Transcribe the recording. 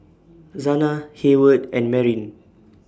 Zana Heyward and Marin